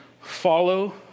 follow